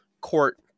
court